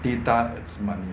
data is money